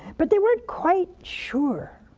but they weren't quite sure,